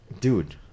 dude